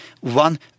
one